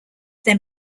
then